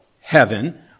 heaven